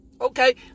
Okay